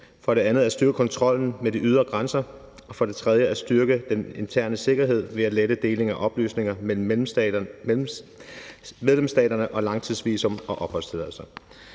for det andet at styrke kontrollen med de ydre grænser og for det tredje at styrke den interne sikkerhed ved at lette deling af oplysninger mellem medlemsstaterne om langtidsvisum og opholdstilladelser.